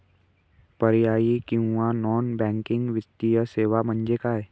पर्यायी किंवा non banking वित्तीय सेवा म्हणजे काय?